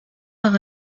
par